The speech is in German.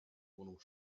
wohnung